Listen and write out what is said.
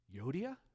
Yodia